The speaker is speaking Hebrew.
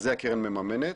את זה הקרן ממנת.